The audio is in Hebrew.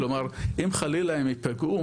כלומר אם חלילה הם יפגעו,